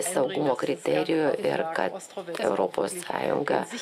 saugumo kriterijų ir kad europos sąjunga